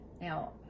now